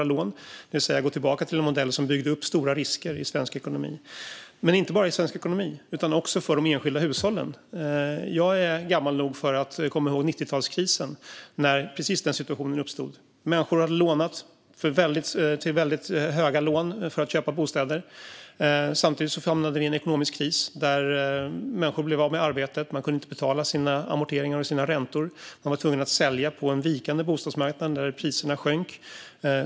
Vi skulle alltså gå tillbaka till en modell som byggde upp stora risker i svensk ekonomi, men inte bara i svensk ekonomi utan också för de enskilda hushållen. Jag är gammal nog att komma ihåg 90-talskrisen när just den situationen uppstod. Människor hade tagit väldigt stora lån för att köpa bostäder. Samtidigt hamnade Sverige i en ekonomisk kris. Människor blev av med sina arbeten, kunde inte betala sina amorteringar och sina räntor och blev tvungna att sälja på en vikande bostadsmarknad där priserna sjönk.